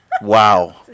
wow